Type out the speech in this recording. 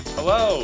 Hello